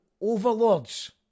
overlords